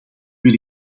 wil